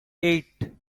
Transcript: eight